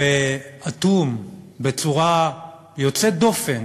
ואטום בצורה יוצאת דופן